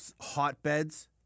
hotbeds